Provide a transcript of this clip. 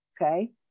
Okay